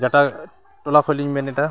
ᱡᱟᱴᱟ ᱴᱚᱞᱟ ᱠᱷᱚᱱ ᱞᱤᱧ ᱢᱮᱱ ᱮᱫᱟ